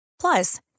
Plus